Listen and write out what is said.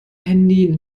handy